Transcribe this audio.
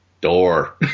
door